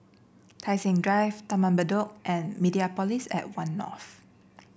Tai Seng Drive Taman Bedok and Mediapolis at One North